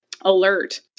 alert